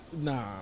Nah